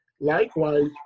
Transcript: Likewise